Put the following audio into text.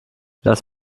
lass